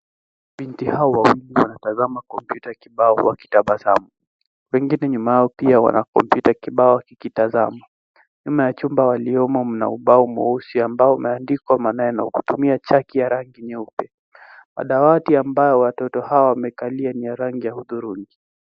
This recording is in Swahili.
Binti hawa wanatazama kompyuta kibao wakitabasamu. Wengine nyuma yao pia wana kompyuta kibao wakitazama. Nyuma ya chumba walichomo, mna ubao mweusi ambao umeandikwa maneno kutumia chaki ya rangi nyeupe. Madawati ambayo watoto hawa wamekalia ni ya rangi ya hudhurungi.